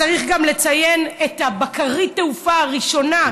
צריך גם לציין את בקרית התעופה הראשונה,